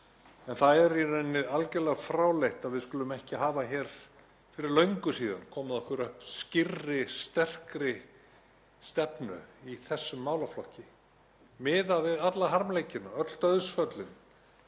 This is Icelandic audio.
en það er í raun algjörlega fráleitt að við skulum ekki fyrir löngu hafa komið okkur upp skýrri og sterkri stefnu í þessum málaflokki miðað við alla harmleikina, öll dauðsföllin,